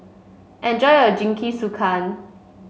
enjoy your Jingisukan